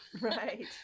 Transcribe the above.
Right